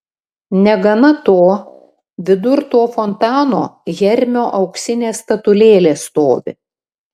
negana to vidur to fontano hermio auksinė statulėlė stovi